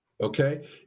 Okay